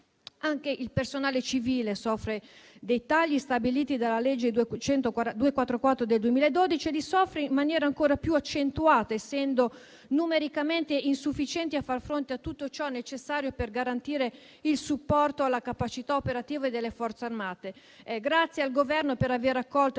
Anche il personale civile soffre dei tagli stabiliti dalla legge n. 244 del 2012 e li soffre in maniera ancora più accentuata, essendo numericamente insufficiente a far fronte a tutto ciò necessario per garantire il supporto alla capacità operativa delle Forze armate. Ringrazio il Governo per aver accolto